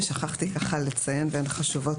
שלוש נקודות ששכחתי ככה לציין והן חשובות